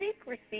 Secrecy